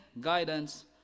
guidance